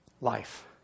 life